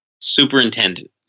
superintendent